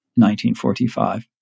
1945